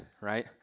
right